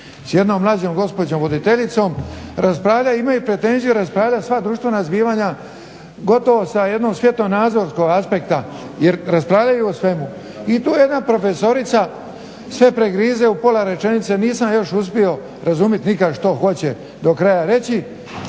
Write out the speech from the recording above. s jednom mlađom gospođom voditeljicom raspravljaju i imaju pretenziju raspravljat sva društvena zbivanja gotovo sa jednog svjetonazorskog aspekta jer raspravljaju o svemu i to je jedna profesorica sve pregrize u pola rečenice, nisam još uspio nikad što hoće do kraja reći